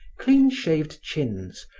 clean-shaved chins,